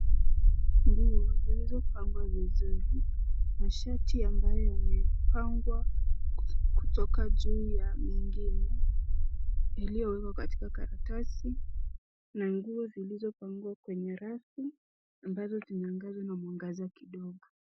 Nguo zilizopangwa vizuri, mashati ambayo yamepangwa kutoka juu ya mengine yaliyowekwa katika karatasi, na nguo zilizopangwa kwenye rafu ambazo zimeangazwa na mwangaza kidogo.